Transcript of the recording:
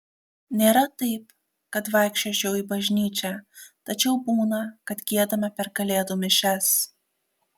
nėra taip kad vaikščiočiau į bažnyčią tačiau būna kad giedame per kalėdų mišias